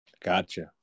Gotcha